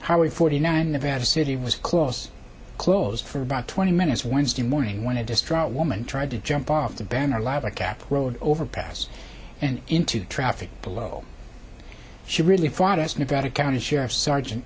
highway forty nine nevada city was close close for about twenty minutes wednesday morning when a distraught woman tried to jump off the banner live a cap road overpass and into traffic below she really fought as nevada county sheriff sergeant